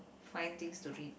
find things to read